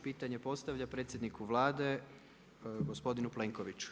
Pitanje postavlja predsjedniku Vlade, gospodinu Plenkoviću.